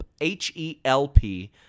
H-E-L-P